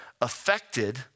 affected